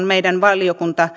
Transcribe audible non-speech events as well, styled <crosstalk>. <unintelligible> meidän valiokuntamme <unintelligible>